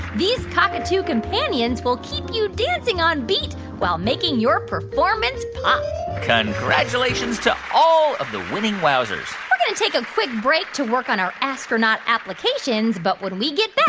these cockatoo companions will keep you dancing on beat while making your performance pop congratulations to all of the winning wowzers we're going to take a quick break to work on our astronaut applications, but when we get back,